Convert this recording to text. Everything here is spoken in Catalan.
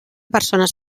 persones